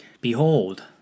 Behold